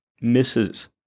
misses